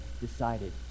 decided